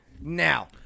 now